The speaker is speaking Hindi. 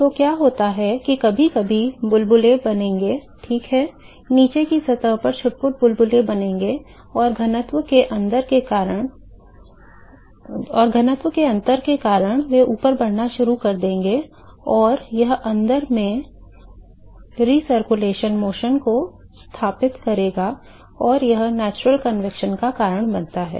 तो क्या होता है कि कभी कभी बुलबुले बनेंगे ठीक है नीचे की सतह पर छिटपुट बुलबुले बनेंगे और घनत्व के अंतर के कारण वे ऊपर बढ़ना शुरू कर देंगे और यह अंदर में पुनरावर्तन गति को स्थापित करेगा और यह प्राकृतिक संवहन का कारण बनता है